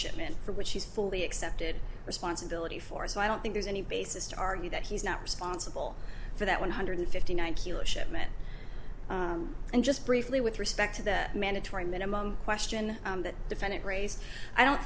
shipment for which he's fully accepted responsibility for so i don't think there's any basis to argue that he's not responsible for that one hundred and fifty nine dollars killer shipment and just briefly with respect to the mandatory minimum question that defendant raised i don't